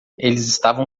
estavam